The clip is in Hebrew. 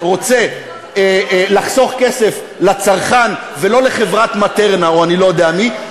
רוצה לחסוך כסף לצרכן ולא לחברת "מטרנה" או אני לא יודע למי,